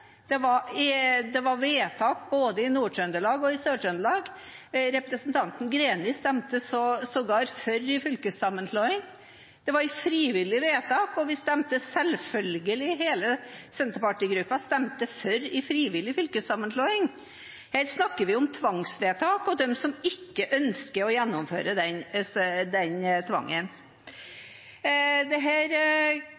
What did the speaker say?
Det var vedtak for det både i Nord-Trøndelag og i Sør-Trøndelag. Representanten Greni stemte sågar for fylkessammenslåing. Det var et frivillig vedtak, og hele Senterparti-gruppen stemte selvfølgelig for en frivillig fylkessammenslåing. Her snakker vi om tvangsvedtak og om dem som ikke ønsker å gjennomføre